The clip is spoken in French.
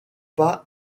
pas